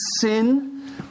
sin